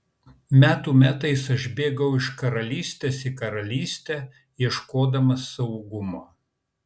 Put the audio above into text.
metų metais aš bėgau iš karalystės į karalystę ieškodamas saugumo